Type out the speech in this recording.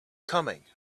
coming